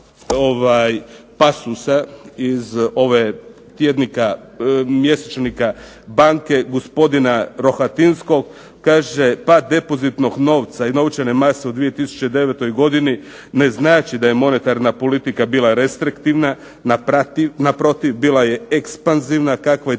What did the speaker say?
pasusa iz mjesečnika "Banke" gospodina Rohatinskog. Kaže: "Pad depozitnog novaca i novčane mase u 2009. godini ne znači da je monetarna politika bila restriktivna, naprotiv bila je ekspanzivna kakva je